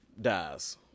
dies